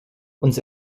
uns